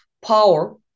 power